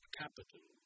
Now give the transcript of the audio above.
capital